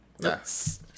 Yes